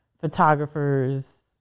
photographers